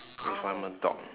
if I'm a dog